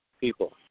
people